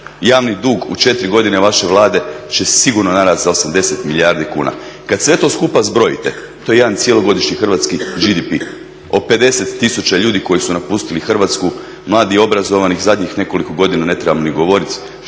Javni dug u četiri godine vaše Vlade će sigurno narasti za 80 milijardi kuna. I kad sve to skupa zbrojite to je jedan cjelogodišnji hrvatski GDP, o 50000 ljudi koji su napustili Hrvatsku, mladi i obrazovanih zadnjih nekoliko godina ne trebamo ni govoriti.